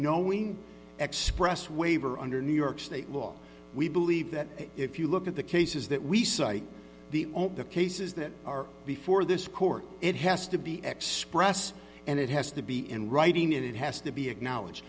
knowing express waiver under new york state law we believe that if you look at the cases that we cite the cases that are before this court it has to be xpress and it has to be in writing and it has to be acknowledge